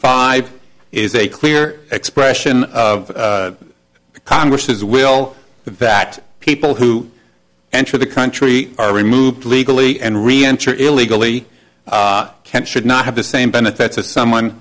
five is a clear expression of congress's will that people who enter the country are removed legally and reenter illegally can should not have the same benefits as someone